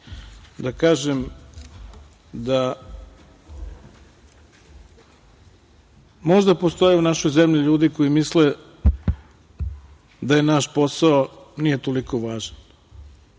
da kažem da možda postoje u našoj zemlji ljudi koji misle da naš posao nije toliko važan,